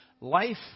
Life